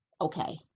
okay